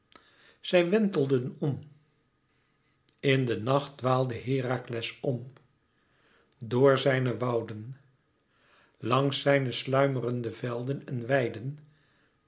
zij wentelden om in de nacht dwaalde herakles om door zijne wouden langs zijne sluimerende velden en weiden